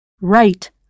Right